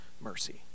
mercy